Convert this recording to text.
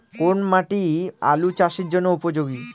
কোন মাটি আলু চাষের জন্যে উপযোগী?